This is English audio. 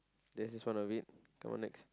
that is just one of it come on next